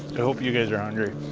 hope you guys are hungry,